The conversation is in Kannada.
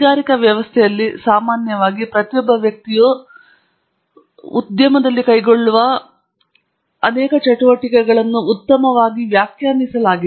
ಕೈಗಾರಿಕಾ ವ್ಯವಸ್ಥೆಯಲ್ಲಿ ಸಾಮಾನ್ಯವಾಗಿ ಪ್ರತಿಯೊಬ್ಬ ವ್ಯಕ್ತಿಯು ಉದ್ಯಮದಲ್ಲಿ ಕೈಗೊಳ್ಳುವ ಚಟುವಟಿಕೆಗಳು ನಿಜವಾಗಿಯೂ ಉತ್ತಮವಾಗಿ ವ್ಯಾಖ್ಯಾನಿಸಲಾಗಿದೆ